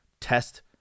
test